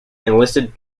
enlisted